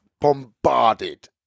bombarded